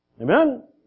Amen